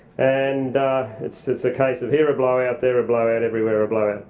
and it's it's a case of here a blowout, there a blowout everywhere a blowout.